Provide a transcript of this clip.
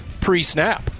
pre-snap